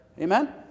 Amen